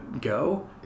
go